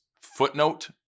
footnote